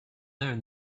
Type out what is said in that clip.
learn